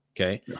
Okay